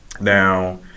now